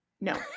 No